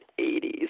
80s